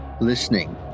listening